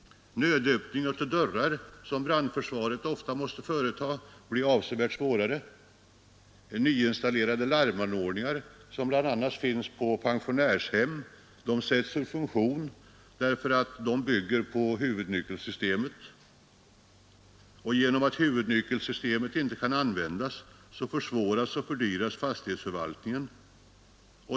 Nödöppning av dörrar, som brandförsvaret ofta måste företa, blir avsevärt svårare — nyinstallerade larmanordningar, som bl.a. finns på pensionärshem, sätts ur funktion, eftersom de bygger på huvudnyckelsystemet — och genom att huvudnyckelsystemet inte kan användas försvåras och fördyras fastighetsförvaltningen.